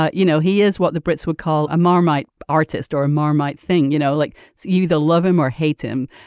ah you know he is what the brits would call a marmite artist or a marmite thing you know like you either love him or hate him.